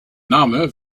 name